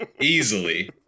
Easily